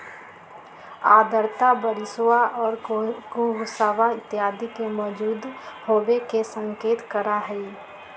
आर्द्रता बरिशवा और कुहसवा इत्यादि के मौजूद होवे के संकेत करा हई